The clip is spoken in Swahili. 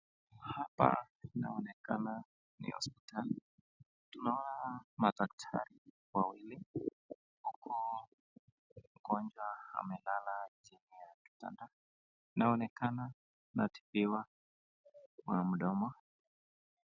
Hapa inaonekana ni hospitali. Tunaona madaktari wawili. Hapa mgonjwa amelala jini ya kitanda. inaonekana anatibiwa kwa mdomo.